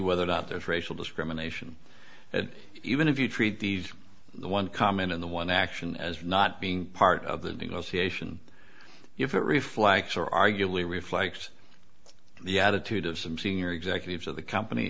whether or not there is racial discrimination and even if you treat these the one comment in the one action as not being part of the negotiation if it reflects or arguably reflects the attitude of some senior executives of the company